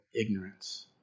ignorance